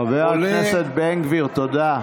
חבר הכנסת בן גביר, תודה.